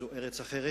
זו ארץ אחרת.